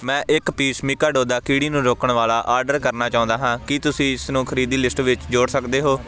ਮੈਂ ਇੱਕ piece Mikado ਕੀੜੀ ਨੂੰ ਰੋਕਣ ਵਾਲਾ ਆਰਡਰ ਕਰਨਾ ਚਾਹੁੰਦਾ ਹਾਂ ਕਿ ਤੁਸੀਂ ਇਸਨੂੰ ਖਰੀਦੀ ਲਿਸਟ ਵਿੱਚ ਜੋੜ ਸਕਦੇ ਹੋ